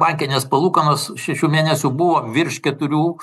bankinės palūkanos šešių mėnesių buvo virš keturių